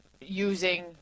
using